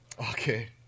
Okay